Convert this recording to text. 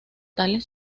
tales